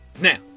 Now